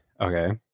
okay